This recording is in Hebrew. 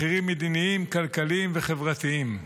מחירים מדיניים, כלכליים וחברתיים.